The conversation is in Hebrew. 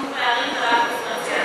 צמצום פערים זה רק דיפרנציאלי.